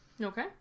Okay